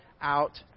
out